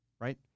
right